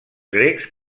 grecs